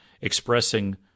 expressing